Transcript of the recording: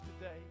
today